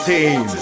Team